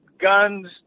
guns